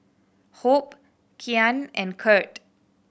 Hope Kyan and Curt